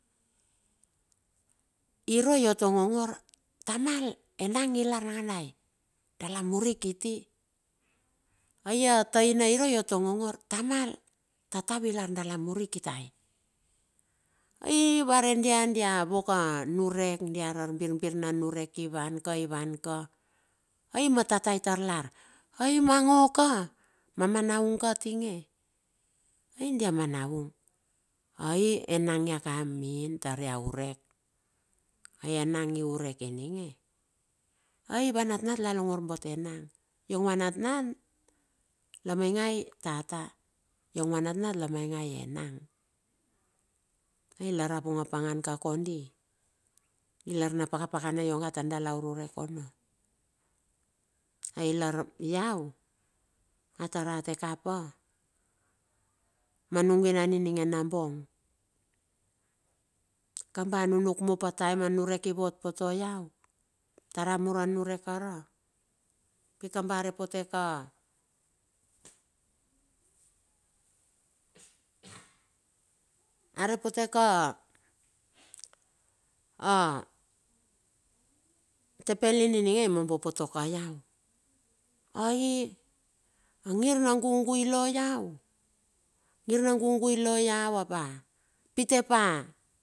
Hirue iot ongongor, tamal engang ilar nangandai, dala muri kiti. Ai ataina irue iot ongongor tamal, tata ilar dala muri kitai. Hi vare dia dia wok a niurek, dia arar birbir na nurek ka iuan ka ivan ka ivan ka, ai ma tata itar lar ai mua ngo ka mua manaung ka tinge ai dia manaung. Ai enang ia ka munim tar ia urek ai enang, ai wa natnat la longor pote enang iong wa natnat la maingai tata, iong wa natnat lamainge enang lar a vung a pangan ka kondi lar na paka pakana ionga tar dala ururek ono. Ai lar iau, atar rate kapa manung winan ininge nambong. Kamba nunuk mup a taem a nurek i wot pote ai tara muru a nurek kara? Pikamba are pote ka tepelin ininge imombo pote pa iau, ai a ngir na gugu ilo iau apa pite pa.